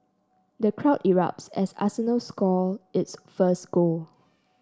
the crowd erupts as arsenal score its first goal